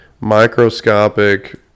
microscopic